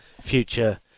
future